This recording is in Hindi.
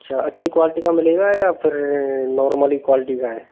अच्छा अच्छी क्वालिटी का मिलेगा या फिर नॉर्मली क्वालिटी का है